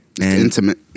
Intimate